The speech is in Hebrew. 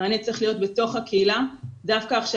המענה צריך להיות בתוך הקהילה דווקא עכשיו,